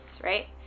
right